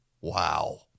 wow